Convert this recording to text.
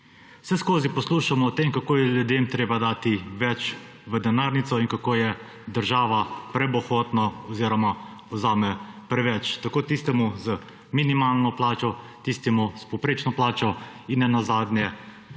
Vseskozi poslušamo o tem, kako je ljudem treba dati več v denarnico in kako je država prebohotna oziroma vzame preveč tako tistemu z minimalno plačo kot tistemu s povprečno plačo, in ne nazadnje